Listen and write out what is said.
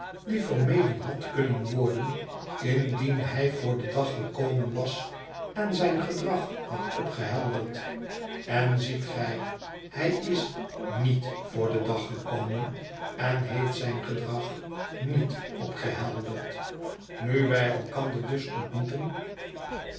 die vermeden had kunnen worden indien hij voor den dag gekomen was en zijn gedrag had opgehelderd en ziet gij hij is niet voor den dag gekomen en heeft zijn gedrag niet opgehelderd nu wij elkander dus ontmoeten